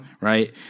right